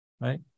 Right